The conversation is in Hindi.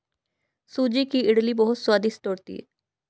सूजी की इडली बहुत स्वादिष्ट होती है